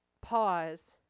pause